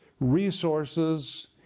resources